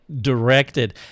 directed